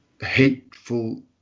hateful